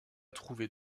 trouver